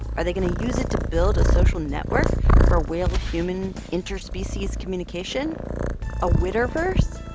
are they going to use it to build a social network for whale human interspecies communication a witter-verse?